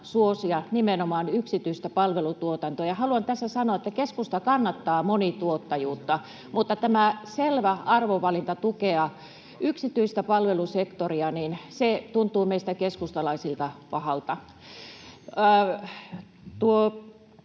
suosia nimenomaan yksityistä palvelutuotantoa. Haluan tässä sanoa, että keskusta kannattaa monituottajuutta, mutta tämä selvä arvovalinta tukea yksityistä palvelusektoria tuntuu meistä keskustalaisista pahalta.